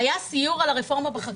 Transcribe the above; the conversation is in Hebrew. היה סיור על הרפורמה בחקלאות.